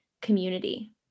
community